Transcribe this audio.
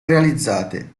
realizzate